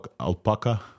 Alpaca